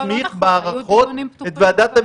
כשאני פונה למשרד הבריאות ומבקשת להעביר את הפרטים,